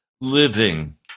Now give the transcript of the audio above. living